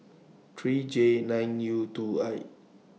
three J nine U two I